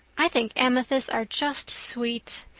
i think amethysts are just sweet.